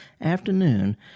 afternoon